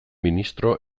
ministro